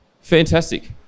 Fantastic